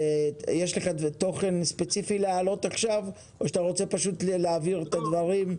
יש לך תוכן ספציפי להעלות עכשיו או שאתה רוצה להעביר את הדברים?